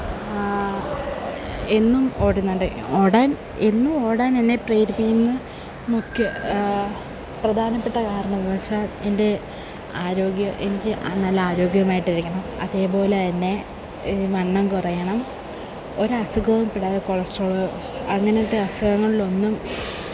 എന്നും ഓടുന്നുണ്ട് ഓടാന് എന്നും ഓടാനെന്നെ പ്രേരിപ്പിക്കുന്ന മുഖ്യ പ്രധാനപ്പെട്ട കാരണം എന്തെന്ന് വെച്ചാല് എന്റെ ആരോഗ്യം എനിക്ക് നല്ല ആരോഗ്യമായിട്ടിരിക്കണം അതേപോലെതന്നെ വണ്ണം കുറയണം ഒരസുഖവും പെടാതെ കൊളസ്ട്രോളോ അങ്ങനെത്തെ അസുഖങ്ങളിലൊന്നും